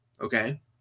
Okay